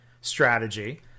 Strategy